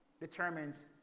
determines